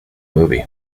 movie